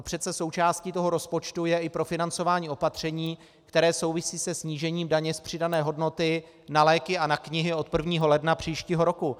Přece součástí toho rozpočtu je i profinancování opatření, které souvisí se snížením daně z přidané hodnoty na léky a na knihy od 1. ledna příštího roku.